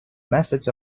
methods